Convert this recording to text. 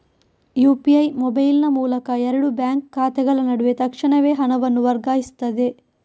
UPI ಮೊಬೈಲಿನ ಮೂಲಕ ಎರಡು ಬ್ಯಾಂಕ್ ಖಾತೆಗಳ ನಡುವೆ ತಕ್ಷಣವೇ ಹಣವನ್ನು ವರ್ಗಾಯಿಸ್ತದೆ